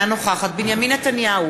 אינה נוכחת בנימין נתניהו,